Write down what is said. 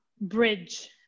bridge